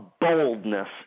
boldness